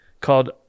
called